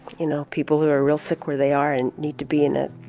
you know people who are real sick where they are and need to be in